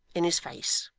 in his face